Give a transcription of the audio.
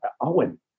Owen